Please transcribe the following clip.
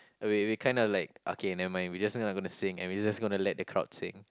we we kind of like okay nevermind we just not going to sing and we just going to let the crowd sing